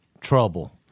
trouble